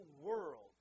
world